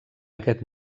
aquest